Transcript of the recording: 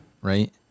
Right